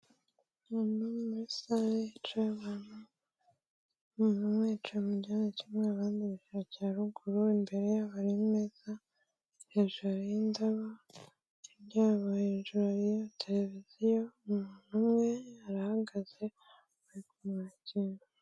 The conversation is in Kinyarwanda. Mu muri sale hicaye abantu umuntu umwe yica mu gi kimwe abandicaro cya ruguru imbere yabameza hejuru hariyo indabo r inyuma yabo hariyo televiziyo umwe arahagaze bari kumwakira.